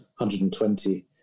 120